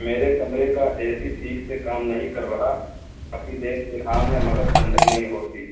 میرے کمرے کا اے سی ٹھیک سے کام نہیں کر رہا کافی دیر سے آن ہے مگر ٹھنڈک نہیں ہو رہی